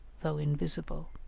though invisible.